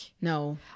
no